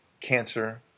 cancer